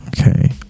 Okay